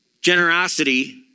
generosity